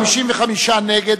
נגד,